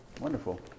Wonderful